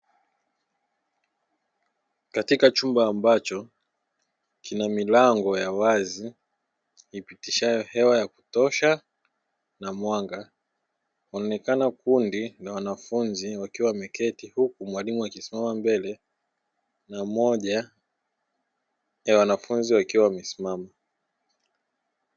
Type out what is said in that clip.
Katika chumba ambacho kina milango ya wazi ipitishayo hewa ya kutosha na mwanga, kunaonekana kundi la wanafunzi wakiwa wameketi huku mwalimu akisimama mbele na mmoja wa wanfunzi akiwa amesimama.